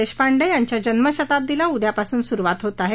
देशपांडे यांच्या जन्मशताब्दीला उद्यापासून सूरवात होणार आहे